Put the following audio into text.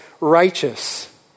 righteous